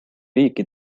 riiki